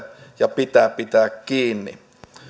ja pitää pitää kiinni